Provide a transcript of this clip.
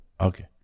Okay